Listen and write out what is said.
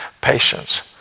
patience